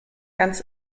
ganz